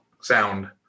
sound